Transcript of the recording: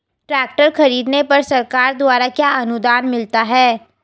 Tractor खरीदने पर सरकार द्वारा क्या अनुदान मिलता है?